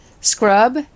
Scrub